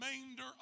remainder